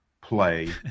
play